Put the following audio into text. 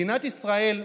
מדינת ישראל,